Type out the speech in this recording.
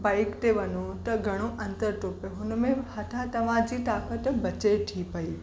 bike ते वञो त घणो अंतर थो पए हुनमें हथां तव्हांजी ताक़त बचे थी पई